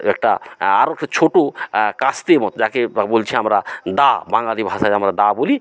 একটা আরও একটা ছোটো কাস্তে মতো যাকে বলছে আমরা দা বাঙালি ভাষায় আমরা দা বলি